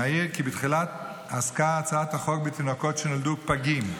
נעיר כי בתחילה עסקה הצעת החוק בתינוקות שנולדו פגים,